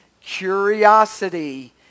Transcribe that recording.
Curiosity